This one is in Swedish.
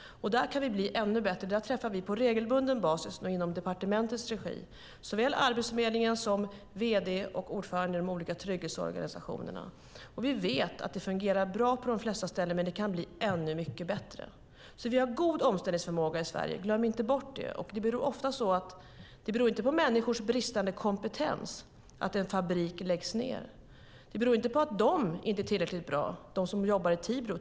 Där kan vi bli ännu bättre. Inom departementets regi träffar vi på regelbunden basis såväl Arbetsförmedlingen som vd och ordförande i de olika trygghetsorganisationerna. Vi vet att det fungerar bra på de flesta ställen, men det kan bli ännu mycket bättre. Vi har en god omställningsförmåga i Sverige; glöm inte bort det. Det beror inte på människors bristande kompetens att en fabrik läggs ned. Den här nedläggningen beror inte på att de som jobbar i Tibro inte är tillräckligt bra.